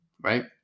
Right